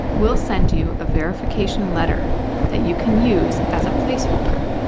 we'll send you a verification letter that you can use as a placeholder.